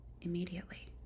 immediately